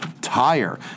tire